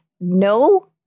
no